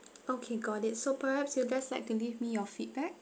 okay got it so perhaps you guys like to leave me your feedback